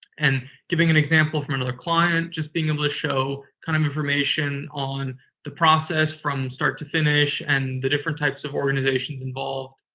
and giving an example from another client, just being able to show kind of conversation on the process from start to finish and the different types of organizations involved.